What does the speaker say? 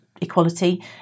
equality